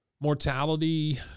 mortality